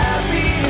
Happy